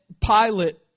Pilate